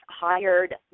hired